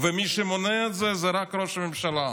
מי שמונע את זה זה רק ראש הממשלה,